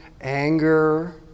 anger